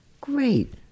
Great